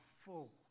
full